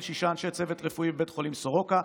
שישה אנשי צוות רפואי בבית החולים סורוקה,